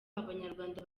abanyarwanda